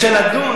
אפשר לדון,